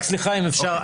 סליחה, אם אפשר.